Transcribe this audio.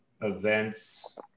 events